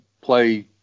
play